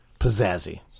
pizzazzy